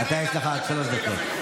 לך יש רק שלוש דקות.